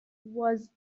was